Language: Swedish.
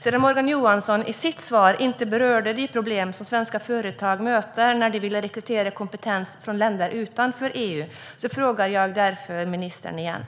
Eftersom Morgan Johansson i sitt svar inte berörde de problem som svenska företag möter när de vill rekrytera kompetens från länder utanför EU frågar jag ministern igen: